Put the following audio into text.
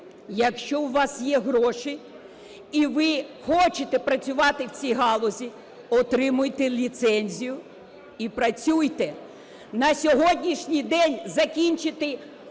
Якщо у вас є гроші і ви хочете працювати в цій галузі, отримуйте ліцензію і працюйте. На сьогоднішній день закінчити, кончить